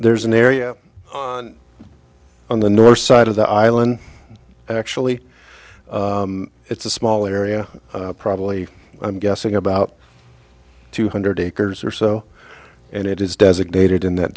there's an area on on the north side of the island actually it's a small area probably i'm guessing about two hundred acres or so and it is designated in that